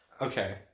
Okay